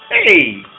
Hey